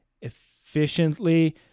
efficiently